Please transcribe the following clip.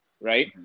right